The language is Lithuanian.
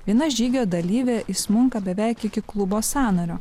viena žygio dalyvė išsmunka beveik iki klubo sąnario